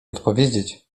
odpowiedzieć